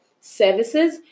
services